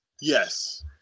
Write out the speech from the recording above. Yes